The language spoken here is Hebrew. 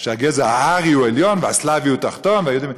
שהגזע הארי הוא עליון והסלאבי הוא תחתון והיהודים הם,